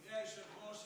אדוני היושב-ראש,